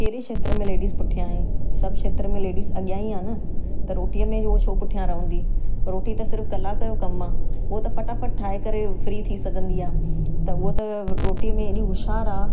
कहिड़े खेत्र में लेडीस पुठियां आहे सभ खेत्र में लेडीस अॻियां ई आहे न त रोटीअ में उहो छो पुठियां रहंदी रोटी त सिर्फ़ु कलाक जो कम आहे उहो त फटाफट ठाहे करे फ्री थी सघंदी आहे त उहा त रोटी मे एॾी होश्यारु आहे